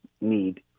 need